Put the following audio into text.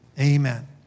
amen